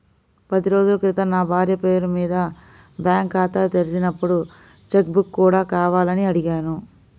పది రోజుల క్రితం నా భార్య పేరు మీద బ్యాంకు ఖాతా తెరిచినప్పుడు చెక్ బుక్ కూడా కావాలని అడిగాను